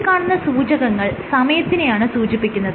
ഈ കാണുന്ന സൂചകങ്ങൾ സമയത്തിനെയാണ് സൂചിപ്പിക്കുന്നത്